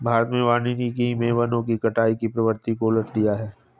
भारत में वानिकी मे वनों की कटाई की प्रवृत्ति को उलट दिया है